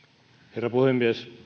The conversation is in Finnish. herra puhemies